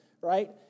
right